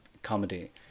Comedy